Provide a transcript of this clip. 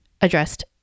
addressed